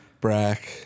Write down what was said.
Brack